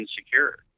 insecure